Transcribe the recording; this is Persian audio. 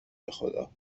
بخدا